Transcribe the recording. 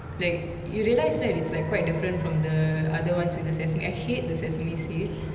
like you realised right it's like quite different from the other ones with the sesame I hate the sesame seeds